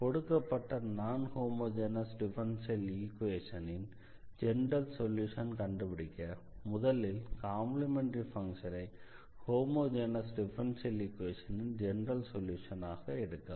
கொடுக்கப்பட்ட நான் homogeneous differential ஈக்வேஷனின் ஜெனரல் சொல்யூஷனை கண்டுபிடிக்க முதலில் காம்ப்ளிமெண்டரி ஃபங்ஷனை ஹோமொஜெனஸ் டிஃபரன்ஷியல் ஈக்வேஷனின் ஜெனரல் சொல்யூஷனாக எடுக்கலாம்